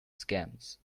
scams